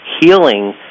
Healing